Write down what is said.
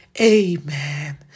amen